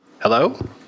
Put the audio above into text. Hello